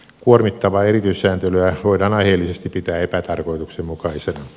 kuormittavaa erityissääntelyä voidaan aiheellisesti pitää epätarkoituksenmukaisena